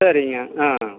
சரிங்க ஆ